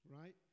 right